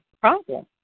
problem